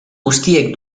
guztiek